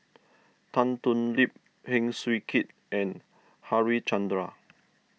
Tan Thoon Lip Heng Swee Keat and Harichandra